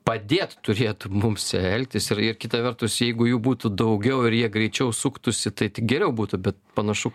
padėt turėtų mums čia elgtis ir ir kita vertus jeigu jų būtų daugiau ir jie greičiau suktųsi tai tik geriau būtų bet panašu